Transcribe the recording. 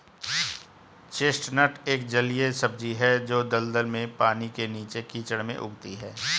chestnut एक जलीय सब्जी है जो दलदल में, पानी के नीचे, कीचड़ में उगती है